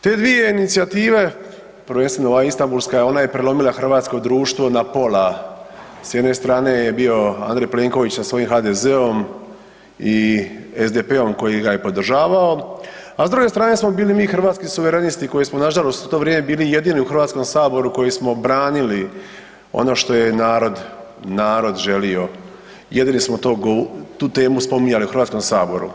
Te dvije inicijative, prvenstveno ova Istanbulska, ona je prelomila hrvatsko društvo na pola, s jedne strane je bio A. Plenković sa svojim HDZ-om i SDP-om koji ga je podržavao, a s druge strane smo bili mi Hrvatski suverenisti koji smo nažalost u to vrijeme bili jedini u Hrvatskom saboru koji smo branili ono što je narod želio, jedini smo to tu temu spominjali u Hrvatskom saboru.